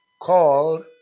called